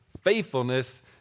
faithfulness